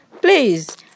please